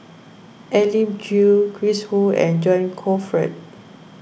Elim Chew Chris Ho and John Crawfurd